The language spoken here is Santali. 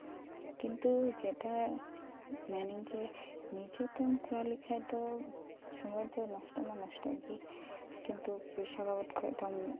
ᱠᱤᱱᱛᱩ ᱡᱮᱴᱟ ᱢᱮᱱᱤᱧ ᱡᱮ ᱱᱚᱡᱮᱛᱮᱢ ᱠᱚᱨᱟᱣ ᱞᱮᱠᱷᱟᱱ ᱫᱚ ᱥᱚᱢᱚᱭ ᱫᱚ ᱱᱚᱥᱴᱚ ᱫᱚ ᱱᱚᱥᱴᱚᱜ ᱜᱮᱭᱟ ᱠᱤᱱᱛᱩ ᱯᱚᱭᱥᱟ ᱵᱟᱵᱚᱫ ᱠᱷᱚᱡ ᱫᱚᱢ